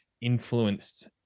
influenced